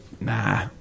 Nah